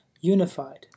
unified